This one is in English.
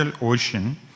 ocean